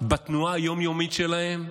בתנועה היום-יומית שלהן,